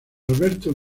alberto